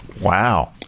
Wow